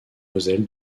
moselle